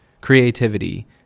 creativity